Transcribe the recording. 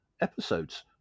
episodes